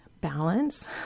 balance